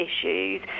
issues